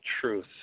truth